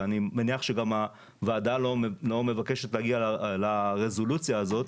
ואני מניח שהוועדה גם לא מבקשת להגיע לרזולוציה הזאת,